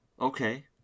Okay